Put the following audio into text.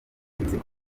inzigo